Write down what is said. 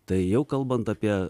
tai jau kalbant apie